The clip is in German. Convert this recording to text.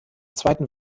zweiten